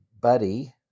buddy